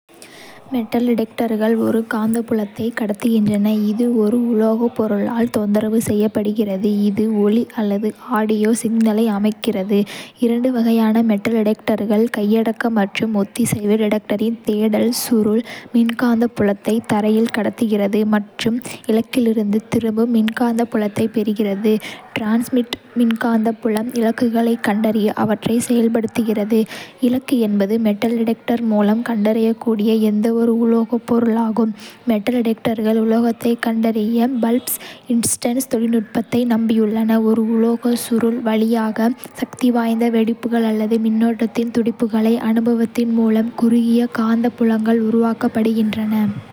மெட்டல் டிடெக்டர்கள் ஒரு காந்தப்புலத்தை கடத்துகின்றன, இது ஒரு உலோகப் பொருளால் தொந்தரவு செய்யப்படுகிறது, இது ஒளி அல்லது ஆடியோ சிக்னலை அமைக்கிறது. இரண்டு வகையான மெட்டல் டிடெக்டர்கள் கையடக்க மற்றும் ஒத்திசைவு. டிடெக்டரின் தேடல் சுருள் மின்காந்த புலத்தை தரையில் கடத்துகிறது மற்றும் இலக்கிலிருந்து திரும்பும் மின்காந்த புலத்தைப் பெறுகிறது. டிரான்ஸ்மிட் மின்காந்த புலம் இலக்குகளைக் கண்டறிய அவற்றைச் செயல்படுத்துகிறது. இலக்கு என்பது மெட்டல் டிடெக்டர் மூலம் கண்டறியக்கூடிய எந்தவொரு உலோகப் பொருளாகும். மெட்டல் டிடெக்டர்கள் உலோகத்தைக் கண்டறிய பல்ஸ் இண்டக்ஷன் தொழில்நுட்பத்தை நம்பியுள்ளன. ஒரு உலோக சுருள் வழியாக சக்திவாய்ந்த வெடிப்புகள் அல்லது மின்னோட்டத்தின் துடிப்புகளை அனுப்புவதன் மூலம் குறுகிய காந்தப்புலங்கள் உருவாக்கப்படுகின்றன.